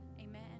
Amen